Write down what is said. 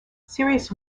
series